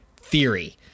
theory